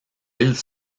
îles